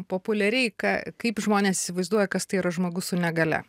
populiariai ką kaip žmonės įsivaizduoja kas tai yra žmogus su negalia